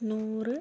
നൂറ്